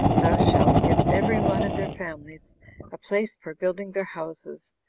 thou shalt give everyone of their families a place for building their houses,